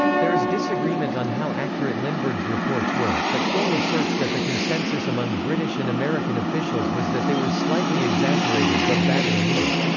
there is disagreement on how accurate lindbergh's reports were, but cole asserts that the consensus among british and american officials was that they were slightly exaggerated but badly needed.